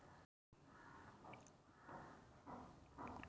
पीक विम्याचा लाभ मिळण्यासाठी मला कोणते नियम पूर्ण करावे लागतील?